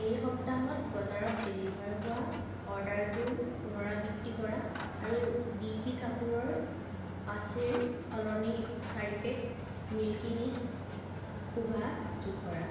এই সপ্তাহত বজাৰত ডেলিভাৰ হোৱা অৰ্ডাৰটোৰ পুনৰাবৃত্তি কৰা আৰু ডিপি কাপোৰৰ পাচিৰ সলনি চাৰি পেক মিল্কী মিষ্ট খোভা যোগ কৰা